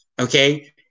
okay